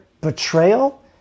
betrayal